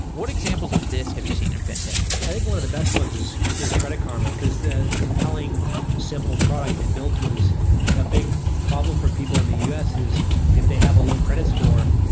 what examples of this have you seen in fintech? i think one of the best ones is is credit karma, because the compelling simple product they built was a big problem for people in the us is if they have a low credit score,